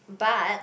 but